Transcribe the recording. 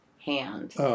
hand